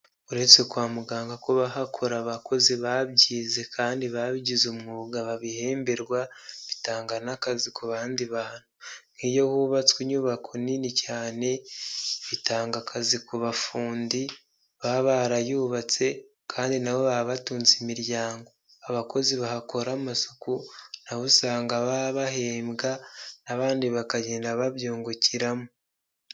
Uretse kwa muganga kuba hakora abakozi babyize kandi babigize umwuga babihemberwa, bitanga n'akazi ku bandi bantu nk'iyo hubatswe inyubako nini cyane bitanga akazi ku bafundi baba barayubatse kandi nabo baba batunze imiryango, abakozi bahakora amasuku nabo usanga bahembwa abandi bakagenda babyungukiramo.